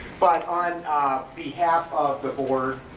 but on behalf of the board,